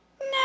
no